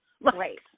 Right